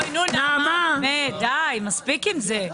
אוי נו נעמה, באמת די, מספיק עם זה.